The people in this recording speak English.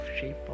shape